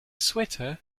sweater